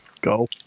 Go